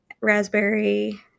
raspberry